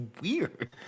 weird